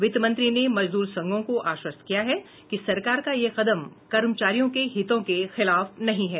वित्त मंत्री ने मजदूर संघों को आश्वस्त किया है कि सरकार का यह कदम कर्मचारियों के हितों के खिलाफ नहीं है